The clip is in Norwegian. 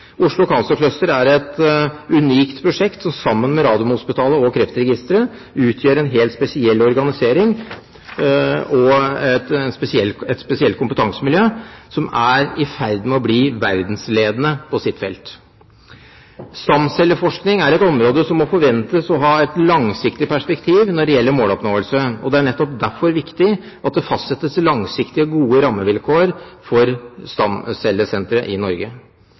Oslo Cancer Cluster er et unikt prosjekt, som sammen med Radiumhospitalet og Kreftregisteret utgjør en helt spesiell organisering av et kompetansemiljø som er i ferd med å bli verdensledende på sitt felt. Stamcelleforskning er et område som må forventes å ha et langsiktig perspektiv når det gjelder måloppnåelse. Det er nettopp derfor viktig at det fastsettes langsiktige og gode rammevilkår for stamcellesenteret i Norge.